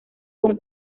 con